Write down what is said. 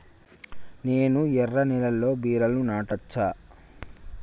నేను ఎర్ర నేలలో బీరలు నాటచ్చా?